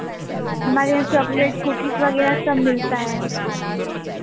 हमारे यहाँ chocolate cookies वगैरह सब मिलता है